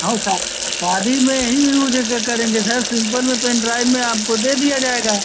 हाँ ऊ शादी में ही यूज करेंगे सर सिम्पल में पेन ड्राइव में आपको दे दिया जाएगा